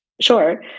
sure